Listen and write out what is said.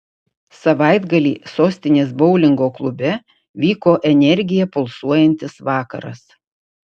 savaitgalį sostinės boulingo klube vyko energija pulsuojantis vakaras